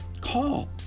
call